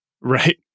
Right